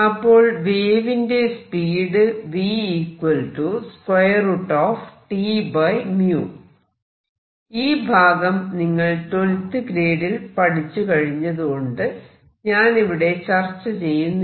അപ്പോൾ വേവിന്റെ സ്പീഡ് ഈ ഭാഗം നിങ്ങൾ 12th ഗ്രേഡിൽ പഠിച്ചു കഴിഞ്ഞതായതുകൊണ്ടു ഞാനിവിടെ ചർച്ച ചെയ്യുന്നില്ല